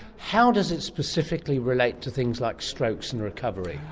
how does it specifically relate to things like strokes and recovery?